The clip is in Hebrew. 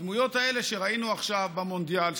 הדמויות האלה שראינו עכשיו במונדיאל,